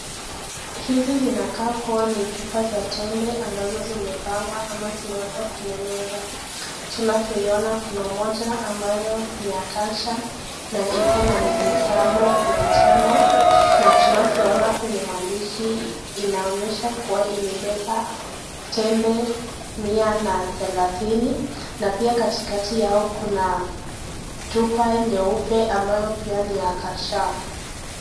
Hizi zinakaa kuwa ni chupa za tembe ambazo zimepangwa ama zimeekwa kwenye meza. Tunavyoona kuna moja ambayo ni ya kalsiamu na iko na miligramu mia tano. Na tunavyoona kwenye maandishi, inaonyesha kuwa imebeba tembe mia na thelathini. Na pia katikati yao kuna chupa nyeupe ambayo pia ni kalsiamu.